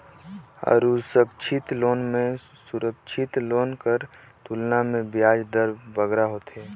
असुरक्छित लोन में सुरक्छित लोन कर तुलना में बियाज दर बगरा होथे